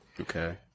Okay